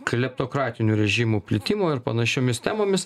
kleptokratinių režimų plitimo ir panašiomis temomis